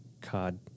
Cod